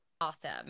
awesome